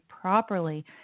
properly